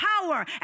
power